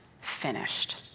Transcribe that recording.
finished